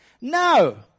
No